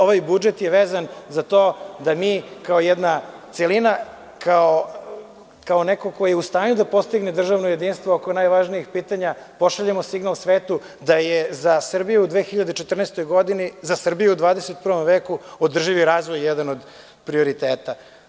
Ovaj budžet je vezan za to da mi kao jedna celina, kao neko ko je u stanju da postigne državno jedinstvo oko najvažnijih pitanja, pošaljemo signal svetu da je za Srbiju u 2014. godini, za Srbiju u XXI veku održivi razvoj jedan od prioriteta.